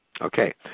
Okay